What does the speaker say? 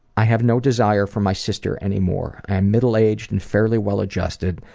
i have no desire for my sister any more i am middle-aged and fairly well adjusted,